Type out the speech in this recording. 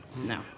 no